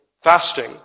fasting